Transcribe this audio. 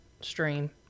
stream